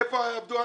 איפה יעבדו אנשים?